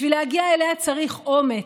בשביל להגיע אליה צריך אומץ,